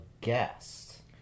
guest